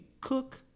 cook